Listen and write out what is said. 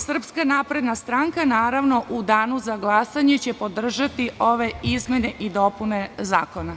Srpska napredna stranka u Danu za glasanje će podržati ove izmene i dopune zakona.